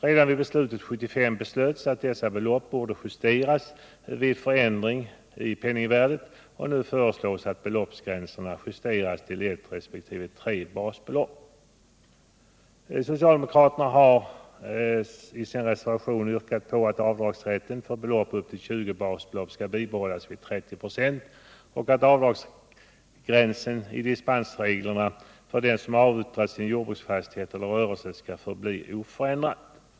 Redan vid beslutet 1975 uttalades att dessa belopp borde justeras vid en förändring i penningsvärdet, och nu föreslås att beloppsgränsen justeras till 1 resp. 3 basbelopp. Socialdemokraterna har i sin reservation yrkat på att avdragsrätten på belopp upp till 20 basbelopp skall bibehållas vid 30 26 samt att avdragsgränsen i dispensregler för den som avyttrat en jordbruksfastighet eller rörelse skall förbli oförändrad.